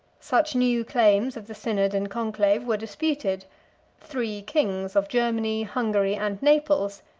such new claims of the synod and conclave were disputed three kings, of germany, hungary, and naples,